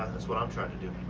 that's what i'm trying to do.